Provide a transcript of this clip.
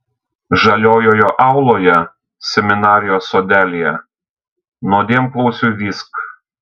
žaliojoje auloje seminarijos sodelyje nuodėmklausiui vysk